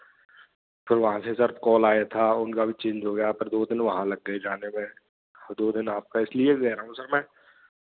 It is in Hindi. फिर वहाँ से सर कॉल आया था उनका भी चेंज हो गया फिर दो दिन वहाँ लग गए जाने में दो दिन आपका इसलिए कह रहा हूँ सर मैं